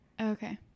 Okay